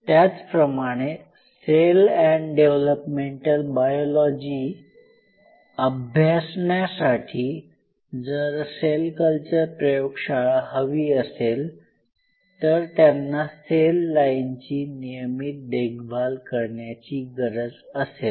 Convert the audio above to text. त्याचप्रमाणे cell and developmental biology अभ्यासण्यासाठी जर सेल कल्चर प्रयोगशाळा हवी असेल तर त्यांना सेल लाईनची नियमित देखभाल करण्याची गरज असेल